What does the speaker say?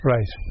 Right